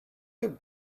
your